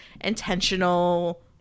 intentional